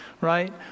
right